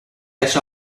edge